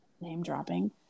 name-dropping